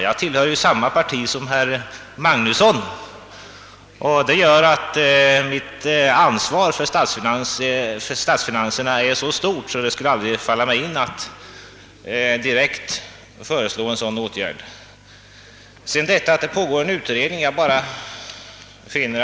Jag tillhör samma parti som herr Magnusson i Borås, vilket gör att mitt ansvar för statsfinanserna är så stort, att det aldrig skulle falla mig in att föreslå en åtgärd som skulle minska statens inkomster. Herr Magnusson i Borås hänvisade vidare till att en utredning pågår.